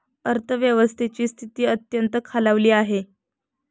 अर्थव्यवस्थेची स्थिती अत्यंत खालावली आहे